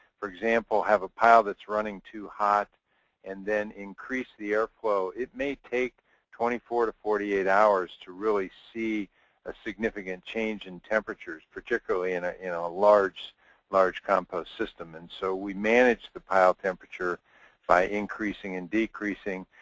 for example, have a pile that's running too hot and then increase the air flow, it may take twenty four forty eight hours to really see a significant change in temperatures. particularly in ah a ah large large compost system. and so we manage the pile temperature by increasing and decreasing.